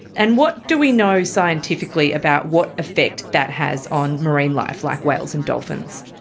and what do we know scientifically about what effect that has on marine life, like whales and dolphins?